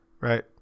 right